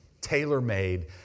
Tailor-made